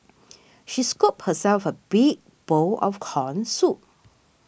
she scooped herself a big bowl of Corn Soup